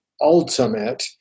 ultimate